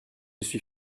suis